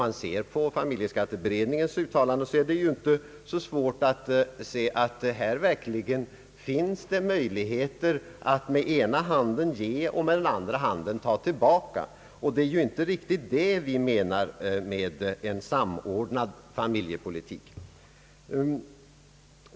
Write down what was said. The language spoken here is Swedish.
Ser man på familjeskatteberedningens uttalande är det ju inte så svårt att konstatera, att här finns det verkligen möjligheter att ge med den ena handen och ta tillbaka med den andra; och det är ju inte riktigt detta vi menar med en samordnad familjepolitik.